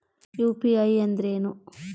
UPI ಅಂದ್ರೇನು?